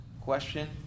question